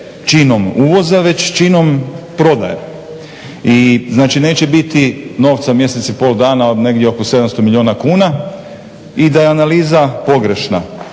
činom uvoza već činom prodaje i znači neće biti novca mjesec i pol dana, negdje oko 700 milijuna kuna i da je analiza pogrešna.